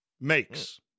makes